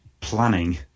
planning